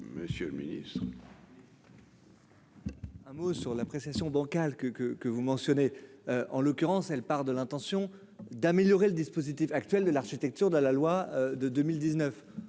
Monsieur le Ministre. Un mot sur la prestation bancal que que que vous mentionnez, en l'occurrence elle part de l'intention d'améliorer le dispositif actuel de l'architecture dans la loi de 2019